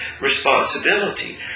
responsibility